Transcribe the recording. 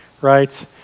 right